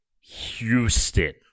Houston